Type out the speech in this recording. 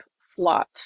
slot